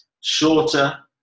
shorter